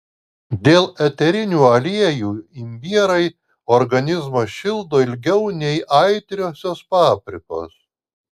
dėl eterinių aliejų imbierai organizmą šildo ilgiau nei aitriosios paprikos